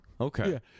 Okay